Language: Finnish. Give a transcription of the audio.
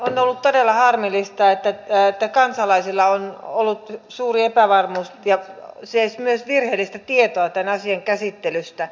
on ollut todella harmillista että kansalaisilla on ollut suuri epävarmuus ja siis myös virheellistä tietoa tämän asian käsittelystä